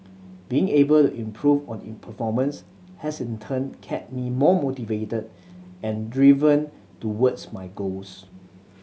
being able to improve on performance has in turn kept me more motivated and driven towards my goals